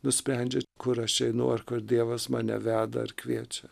nusprendžia kur aš einu ar kur dievas mane veda ir kviečia